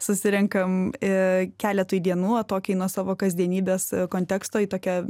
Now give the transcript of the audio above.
susirenkam ė keletui dienų atokiai nuo savo kasdienybės konteksto į tokią